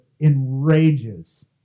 enrages